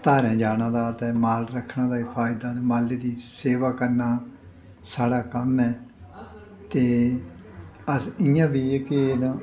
धारें जाने दा ते माल रक्खने दा एह् फायदा ते माल्लै दी सेवा करना साढ़ा कम्म ऐ ते अस इ'यां बी जेह्की एह् न